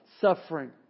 suffering